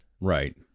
right